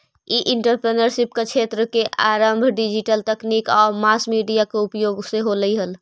ई entrepreneurship क्क्षेत्र के आरंभ डिजिटल तकनीक आउ मास मीडिया के उपयोग से होलइ हल